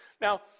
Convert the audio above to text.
Now